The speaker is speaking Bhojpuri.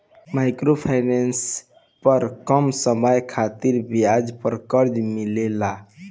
माइक्रो फाइनेंस पर कम समय खातिर ब्याज पर कर्जा मिलेला